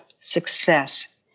success